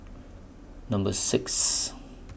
Number six